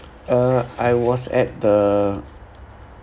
uh I was at the